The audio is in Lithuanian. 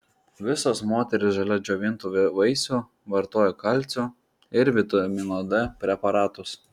visos moterys šalia džiovintų vaisių vartojo kalcio ir vitamino d preparatus